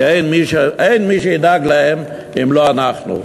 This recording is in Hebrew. כי אין מי שידאג להן אם לא אנחנו.